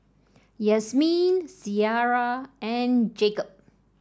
Yasmeen Ciera and Jakob